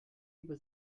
über